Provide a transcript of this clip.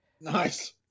Nice